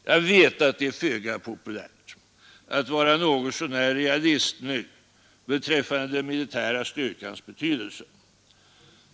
Jag vet att det är föga populärt att vara något så när realist nu beträffande den militära styrkans betydelse.